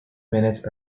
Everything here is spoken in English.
minutes